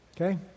okay